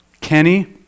Kenny